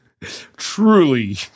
truly